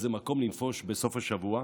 איזה מקום לנפוש בסוף השבוע,